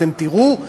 אתם תראו,